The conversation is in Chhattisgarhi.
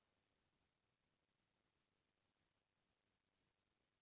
ऋण के आवश्यक शर्तें का का हवे?